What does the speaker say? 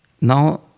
Now